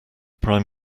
prime